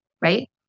right